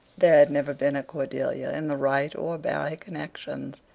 there had never been a cordelia in the wright or barry connections.